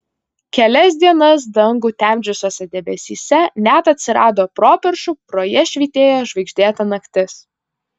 kelias dienas dangų temdžiusiuose debesyse net atsirado properšų pro jas švytėjo žvaigždėta naktis